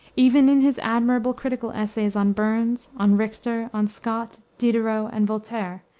even in his admirable critical essays on burns, on richter, on scott, diderot, and voltaire,